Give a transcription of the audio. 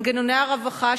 מנגנוני הרווחה,